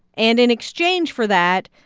and in exchange for that,